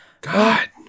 God